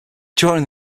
during